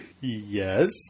Yes